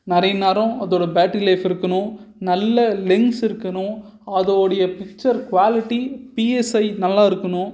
நிறைய நேரம் அதோடய பேட்ரி லைஃப் இருக்கணும் நல்ல லென்ஸ் இருக்கணும் அதோடைய பிக்சர் குவாலிட்டி பிஎஸ்ஐ நல்லா இருக்கணும்